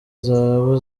zahabu